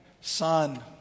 son